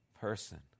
Person